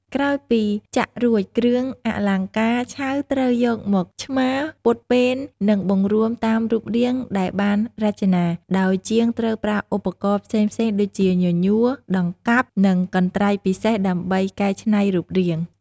ក្រោយពីចាក់រួច គ្រឿងអលង្ការឆៅត្រូវយកមកឆ្មារ ពត់ពែន និងបង្រួមតាមរូបរាងដែលបានរចនា ដោយជាងត្រូវប្រើឧបករណ៍ផ្សេងៗដូចជា ញញួរ ដង្កាប់ និងកន្ត្រៃពិសេស ដើម្បីកែច្នៃរូបរាង។